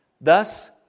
Thus